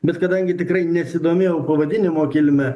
bet kadangi tikrai nesidomėjau pavadinimo kilme